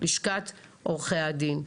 "לשכת עורכי הדין".